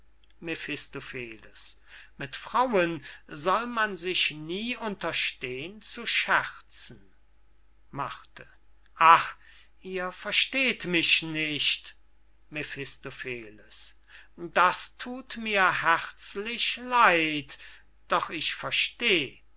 mit frauen soll man sich nie unterstehn zu scherzen ach ihr versteht mich nicht mephistopheles das thut mir herzlich leid doch ich versteh